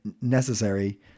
necessary